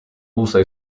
also